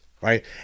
right